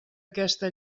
aquesta